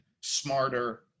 smarter